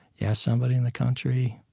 yeah somebody in the country?